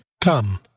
Come